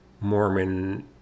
Mormon